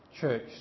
church